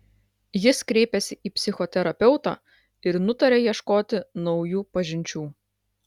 jis kreipėsi į psichoterapeutą ir nutarė ieškoti naujų pažinčių